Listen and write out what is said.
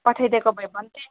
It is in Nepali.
पठाइदिएको भए भन्थेँ